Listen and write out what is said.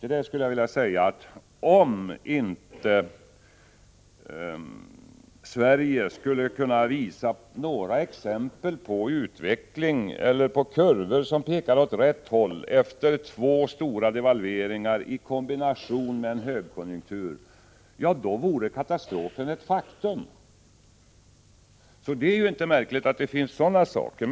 Till det skulle jag vilja säga att om inte Sverige skulle kunna visa några exempel på utveckling eller på kurvor som pekar åt rätt håll efter två stora devalveringar i kombination med en högkonjunktur, då vore katastrofen ett faktum. Det är inte märkligt att det finns sådana saker.